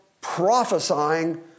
prophesying